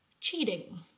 cheating